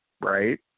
Right